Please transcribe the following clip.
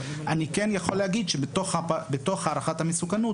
אני כן יכול להגיד שבתוך הערכת המסוכנות